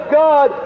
god